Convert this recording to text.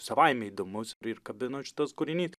savaime įdomus ir kabino šitas kūrinys